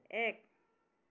এক